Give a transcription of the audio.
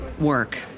work